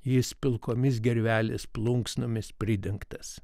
jis pilkomis gervelės plunksnomis pridengtas